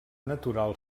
natural